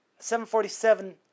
747